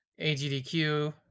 AGDQ